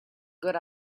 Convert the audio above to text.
good